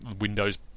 windows